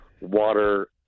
water